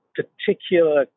particular